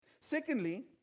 Secondly